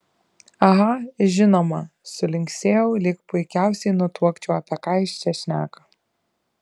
aha žinoma sulinksėjau lyg puikiausiai nutuokčiau apie ką jis čia šneka